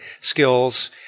skills